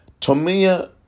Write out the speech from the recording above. Tomia